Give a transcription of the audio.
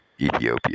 Ethiopia